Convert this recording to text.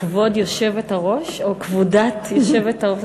כבוד היושבת-ראש או כבודת היושבת-ראש?